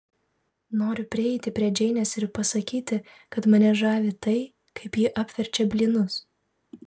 noriu prieiti prie džeinės ir pasakyti kad mane žavi tai kaip ji apverčia blynus